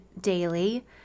daily